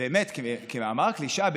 באמת כמאמר הקלישאה,